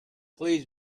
please